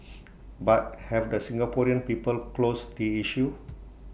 but have the Singaporean people closed the issue